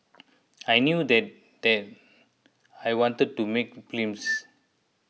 I knew then that I wanted to make films